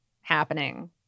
happening